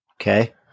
Okay